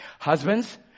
Husbands